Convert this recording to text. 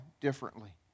differently